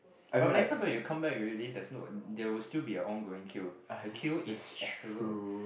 but when it start then you come back already there's no there will still be an ongoing queue the queue is ethereal